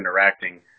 interacting